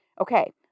Okay